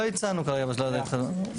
בסדר, לא הצענו כרגע בשלב הזה התחשבנות גלובלית.